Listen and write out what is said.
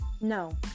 No